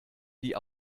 die